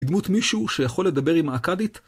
דמות מישהו שיכול לדבר עם האכדית?